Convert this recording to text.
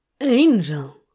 Angel